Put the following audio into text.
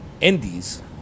indies